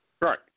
Right